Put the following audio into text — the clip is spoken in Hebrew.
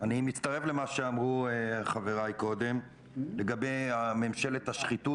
אני מצטרף למה שאמרו חבריי קודם לגבי ממשלת השחיתות